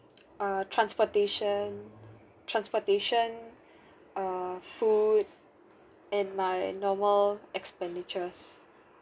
err transportation transportation err food and my normal expenditures